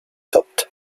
topped